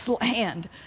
land